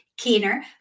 Keener